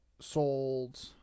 sold